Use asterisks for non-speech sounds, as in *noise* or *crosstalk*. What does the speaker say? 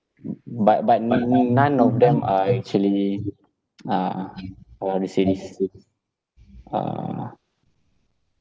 but but n~ none of them are actually *noise* are are racist uh